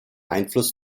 einfluss